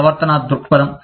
ప్రవర్తనా దృక్పథం